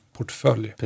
portfölj